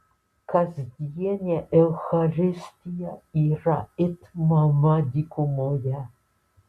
kasdienė eucharistija yra it mana dykumoje